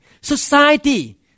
Society